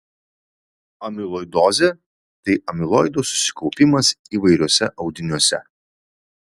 amiloidozė tai amiloido susikaupimas įvairiuose audiniuose